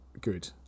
good